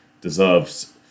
deserves